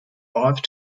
five